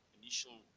initial